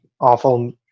awful